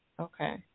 Okay